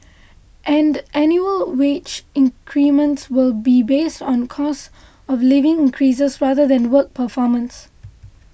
and annual wage increments will be based on cost of living increases rather than work performance